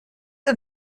een